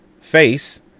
face